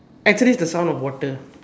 actually it's the sound of water